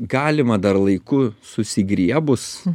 galima dar laiku susigriebus